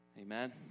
Amen